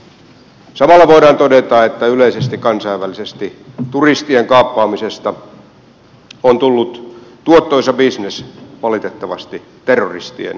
samalla voidaan todeta että yleisesti kansainvälisesti turistien kaappaamisesta on valitettavasti tullut tuottoisa bisnes terroristien käsissä